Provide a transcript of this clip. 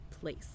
place